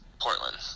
Portland